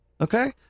Okay